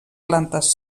plantes